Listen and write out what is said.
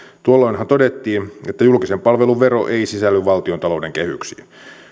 tuolloinhan todettiin että julkisen palvelun vero ei sisälly valtiontalouden kehyksiin